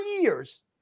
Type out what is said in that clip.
years